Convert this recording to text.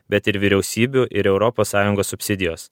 bet ir vyriausybių ir europos sąjungos subsidijos